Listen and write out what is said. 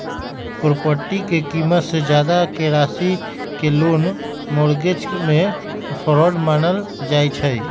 property के कीमत से जादा के राशि के लोन मोर्गज में फरौड मानल जाई छई